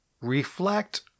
reflect